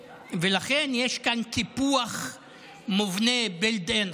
לכן יש כאן קיפוח מובנה, built in.